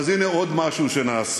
אז הנה עוד משהו שנעשה: